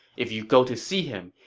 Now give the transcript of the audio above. if you go to see him,